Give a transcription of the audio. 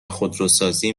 خودروسازی